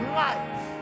life